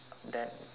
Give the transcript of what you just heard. that